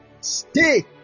stay